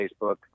Facebook